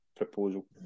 proposal